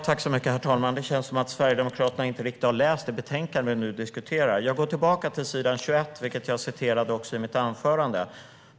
Herr talman! Det känns som om Sverigedemokraterna inte riktigt har läst det betänkande vi nu diskuterar. Jag går tillbaka till s. 21, som jag citerade också i mitt anförande.